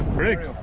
rick